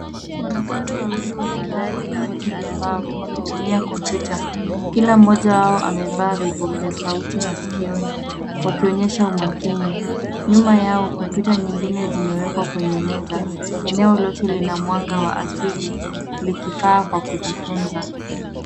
Wanafunzi wawili wamekaa kwenye viti vya mbao wakitumia kompyuta. Kila moja wao amevaa vipokeo sauti masikioni wakionyesha umakini. Nyuma yao kompyuta nyingine zimewekwa kwenye meza. Eneo lote lina mwanga wa asili likifaa kwa kujifunza.